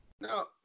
No